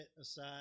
aside